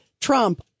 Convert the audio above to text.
Trump